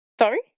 sorry